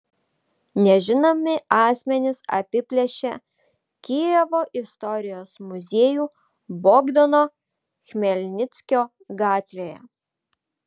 nežinomi asmenys apiplėšė kijevo istorijos muziejų bogdano chmelnickio gatvėje